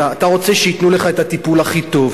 אתה רוצה שייתנו לך את הטיפול הכי טוב,